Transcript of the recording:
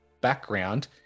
background